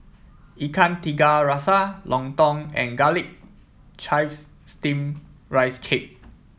Ikan Tiga Rasa Lontong and garlic chives steam Rice Cake